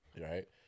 right